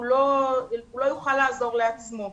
הוא לא יוכל לעזור לעצמו.